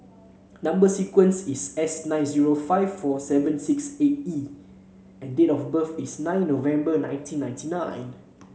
number sequence is S nine zero five four seven six eight E and date of birth is nine November nineteen ninety nine